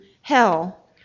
hell